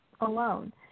alone